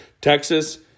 Texas